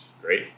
great